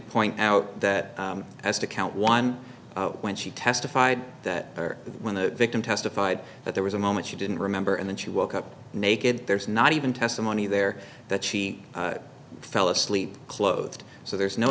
point out that as to count one when she testified that when the victim testified that there was a moment she didn't remember and then she woke up naked there's not even testimony there that she fell asleep clothed so there's no